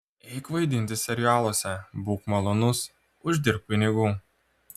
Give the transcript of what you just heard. eik vaidinti serialuose būk malonus uždirbk pinigų